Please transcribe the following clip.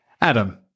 Adam